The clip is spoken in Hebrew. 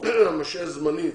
המשעה זמנית